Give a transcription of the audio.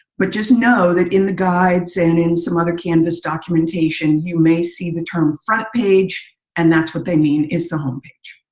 but just know that in the guides and in some other canvas documentation, you may see the term front page. and that's what they mean is the home page.